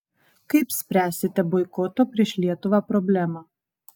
kaip spręsite boikoto prieš lietuvą problemą